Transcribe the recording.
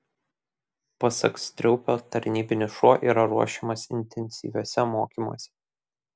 pasak striaupio tarnybinis šuo yra ruošiamas intensyviuose mokymuose